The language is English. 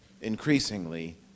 increasingly